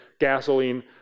gasoline